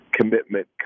commitment